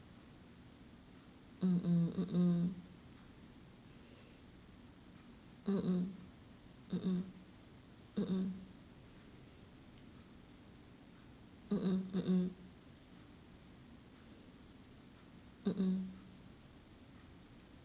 mm mm mm mm mm mm mm mm mm mm mm mm mm mm mm mm